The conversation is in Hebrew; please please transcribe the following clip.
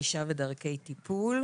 ענישה ודרכי טיפול,